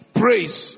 praise